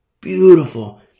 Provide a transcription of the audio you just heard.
Beautiful